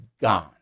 gone